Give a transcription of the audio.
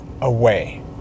away